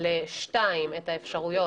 לשתיים את האפשרויות,